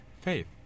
faith